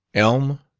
elm,